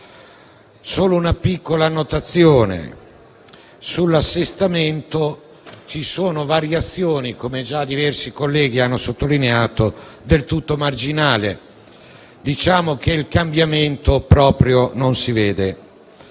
Solo una piccola notazione: sull'assestamento ci sono variazioni - come già diversi colleghi hanno sottolineato - del tutto marginali. Diciamo che il cambiamento proprio non si vede.